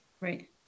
right